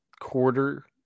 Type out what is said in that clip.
quarter